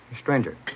stranger